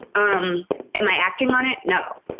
um am i acting on it? no.